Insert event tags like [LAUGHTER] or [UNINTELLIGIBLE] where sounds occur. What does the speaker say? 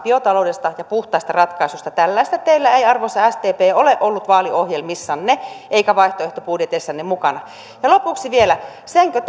biotaloudesta ja puhtaasta ratkaisusta tällaista teillä ei arvoisa sdp ole ollut vaaliohjelmissanne eikä vaihtoehtobudjeteissanne mukana ja lopuksi vielä senkö [UNINTELLIGIBLE]